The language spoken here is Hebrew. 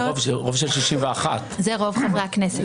ברוב של 61. זה רוב חברי הכנסת.